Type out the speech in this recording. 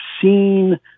seen